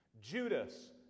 Judas